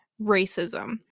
Racism